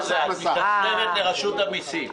--- מס הכנסה, לרשות המסים.